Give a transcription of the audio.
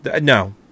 No